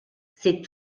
c’est